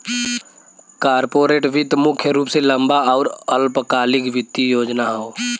corporate वित्त मुख्य रूप से लंबा आउर अल्पकालिक वित्तीय योजना हौ